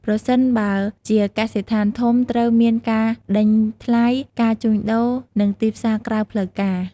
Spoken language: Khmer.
ប្រសិនបើជាកសិដ្ឋានធំ ត្រូវមានការដេញថ្លៃ ការជួញដូរ និងទីផ្សារក្រៅផ្លូវការ។